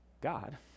God